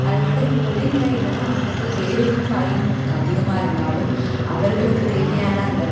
அதனால இந்த தொழில்ல என்னதான் வந்துட்டு தேவையும் பயனும் நமக்கு அதிகமாக இருந்தாலும் அவர்களுக்கு தேவையான அந்த